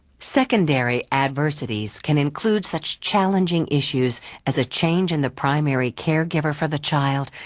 secondary adversities can include such challenging issues as a change in the primary caregiver for the child,